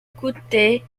coûté